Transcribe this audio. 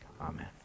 Amen